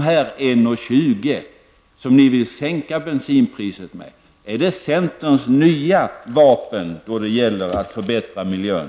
kr. som ni vill sänka bensinpriset med centerns nya vapen när det gäller att förbättra miljön?